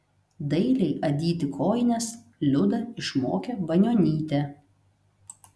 dailiai adyti kojines liudą išmokė banionytė